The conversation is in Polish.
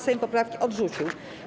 Sejm poprawkę odrzucił.